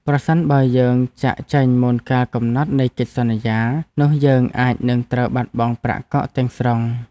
ប្រសិនបើយើងចាកចេញមុនកាលកំណត់នៃកិច្ចសន្យា នោះយើងអាចនឹងត្រូវបាត់បង់ប្រាក់កក់ទាំងស្រុង។